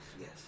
Yes